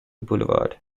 boulevard